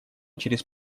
через